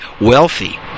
wealthy